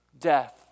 death